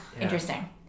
Interesting